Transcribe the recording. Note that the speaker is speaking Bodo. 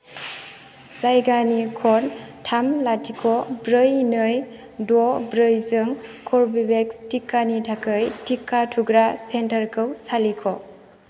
जायगानि क'ड थाम लाथिख' ब्रै नै द' ब्रै जों कर्वेभेक्स टिकानि थाखाय टिका थुग्रा सेन्टारखौ सालिख'